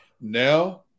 Now